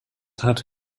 had